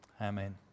Amen